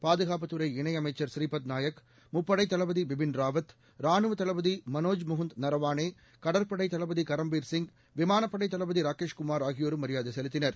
பாதுகாப்பு துறை இணை அமைச்சர் ஸ்பாத் நாயக் முப்படைத் தளபதி பிபின்ராவத் ராணுவத் தளபதி மனோஜ் முகுந்த் நவானே கடற்படைத் தளபதி கரம்பீர்சிங் விமானப்படைத் தளபதி ராகேஷ்குமார் ஆகியோரும் மரியாதை செலுத்தினர்